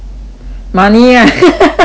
money ah